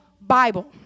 Bible